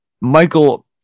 Michael